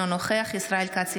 אינו נוכח ישראל כץ,